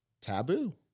taboo